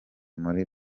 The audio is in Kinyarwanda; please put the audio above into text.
muri